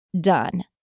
done